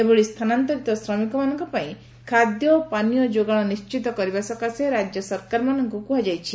ଏଭଳି ସ୍ଥାନାନ୍ତରିତ ଶ୍ରମିକମାନଙ୍କୁ ଖାଦ୍ୟ ଓ ପାନୀୟ ଯୋଗାଣକୁ ନିଶ୍ଚିତ କରିବା ପାଇଁ ରାଜ୍ୟ ସରକାରମାନଙ୍କୁ କୁହାଯାଇଛି